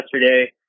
yesterday